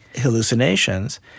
hallucinations